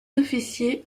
officiers